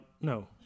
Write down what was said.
no